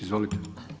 Izvolite.